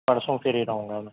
پرسوں فری رہوں گا میں